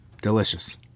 Delicious